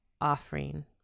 offering